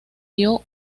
dio